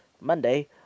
Monday